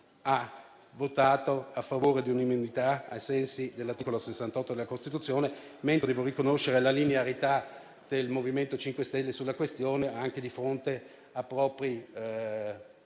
ha votato a favore di un'immunità, ai sensi dell'articolo 68 della Costituzione, mentre devo riconoscere la linearità del MoVimento 5 Stelle sulla questione, anche di fronte a propri